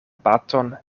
baton